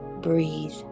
Breathe